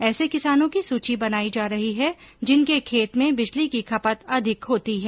ऐसे किसानों की सूची बनाई जा रही है जिनके खेत में बिजली की खपत अधिक होती है